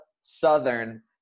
Southern